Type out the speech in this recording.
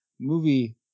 movie